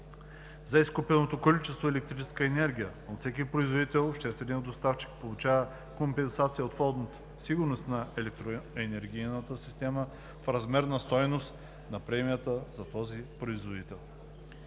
За изкупеното количество електрическа енергия от всеки производител общественият доставчик получава компенсация от Фонд „Сигурност на електроенергийната система“ в размер на стойността на премията за този производител.“